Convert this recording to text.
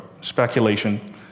speculation